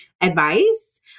advice